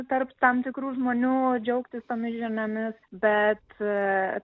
tarp tam tikrų žmonių džiaugtis tomis žiniomis bet